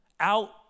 out